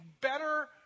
better